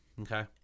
okay